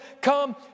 come